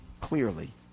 clearly